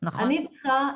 אני צריכה.